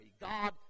God